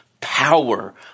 power